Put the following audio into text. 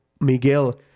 Miguel